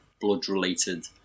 blood-related